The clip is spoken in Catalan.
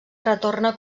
retorna